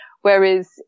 Whereas